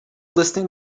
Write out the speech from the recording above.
listing